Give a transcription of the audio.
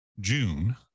June